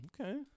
okay